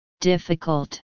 difficult